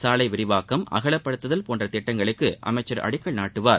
சாலை விரிவாக்கம் அகலப்படுத்துதல் போன்ற திட்டங்களுக்கு அமைச்சர் அடிக்கல் நாட்டுவார்